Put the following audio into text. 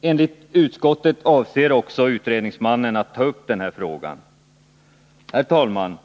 Enligt utskottet avser också utredningsmannen att ta upp denna fråga. Herr talman!